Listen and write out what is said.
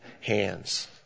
hands